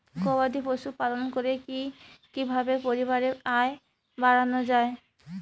গবাদি পশু পালন করে কি কিভাবে পরিবারের আয় বাড়ানো যায়?